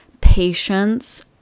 patience